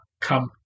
come